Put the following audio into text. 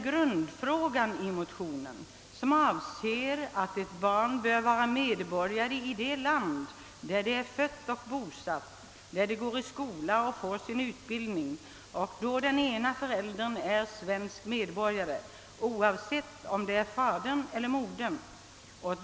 Grundfrågan i motionen är emellertid kravet att ett barn skall vara medborgare i det land där det är fött och bosatt, där det går i skola och får sin utbildning samt att barnet skall få bli svensk medborgare om ena föräldern är det — oavsett om det är fadern eller modern.